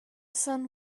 sun